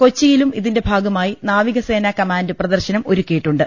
കൊച്ചിയിലും ഇതിന്റെ ഭാഗമായി നാവികസേന കമാൻഡ് പ്രദർശനം ഒരുക്കിയിട്ടുണ്ട്